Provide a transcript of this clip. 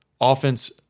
offense